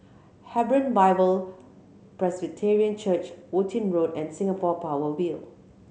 Hebron Bible Presbyterian Church Worthing Road and Singapore Power Build